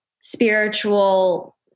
spiritual